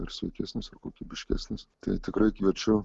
ir sveikesnis ir kokybiškesnis tai tikrai kviečiu